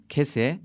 Kese